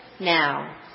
now